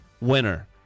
winner